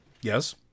Yes